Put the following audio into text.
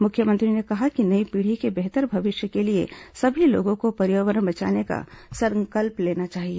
मुख्यमंत्री ने कहा कि नई पीढ़ी के बेहतर भविष्य के लिए सभी लोगों को पर्यावरण बचाने का संकल्प लेना चाहिए